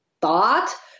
thought